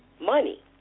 money